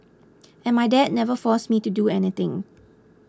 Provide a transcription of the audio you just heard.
and my dad never forced me to do anything